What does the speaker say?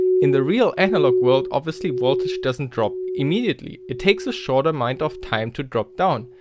in the real analog world obviously voltage doesn't drop immediatly, it takes a short amount of time to drop down.